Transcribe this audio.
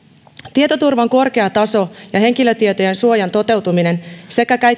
tietoturvan korkea taso ja henkilötietojen suojan toteutuminen sekä